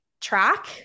track